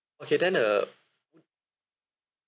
okay then uh